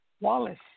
Wallace